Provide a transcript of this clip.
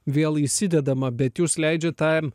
vėl įsidedama bet jūs leidžiat tam